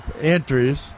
entries